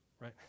right